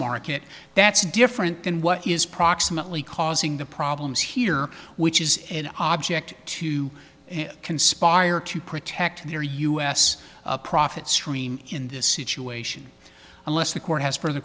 market that's different than what is proximately causing the problems here which is an object to conspire to protect their us profit stream in this situation unless the court has for the